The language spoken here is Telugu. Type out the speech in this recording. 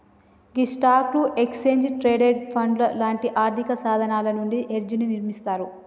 గీ స్టాక్లు, ఎక్స్చేంజ్ ట్రేడెడ్ పండ్లు లాంటి ఆర్థిక సాధనాలు నుండి హెడ్జ్ ని నిర్మిస్తారు